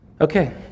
Okay